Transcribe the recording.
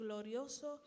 Glorioso